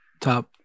top